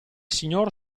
signor